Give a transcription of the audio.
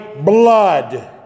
blood